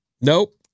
Nope